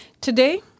Today